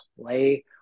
play